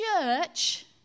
church